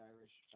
Irish